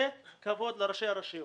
לתת כבוד לראשי הרשויות,